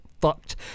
fucked